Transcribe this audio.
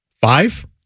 Five